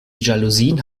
jalousien